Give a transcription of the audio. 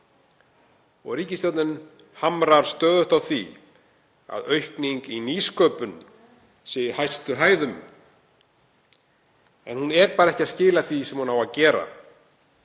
Ríkisstjórnin hamrar stöðugt á því að aukning í nýsköpun sé í hæstu hæðum en hún skilar ekki því sem hún á að gera.